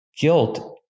Guilt